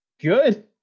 Good